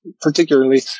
particularly